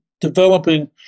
developing